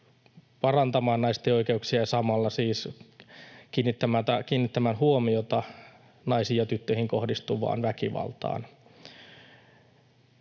parantamaan naisten oikeuksia ja samalla siis kiinnittämään huomiota naisiin ja tyttöihin kohdistuvaan väkivaltaan.